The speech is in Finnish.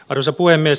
arvoisa puhemies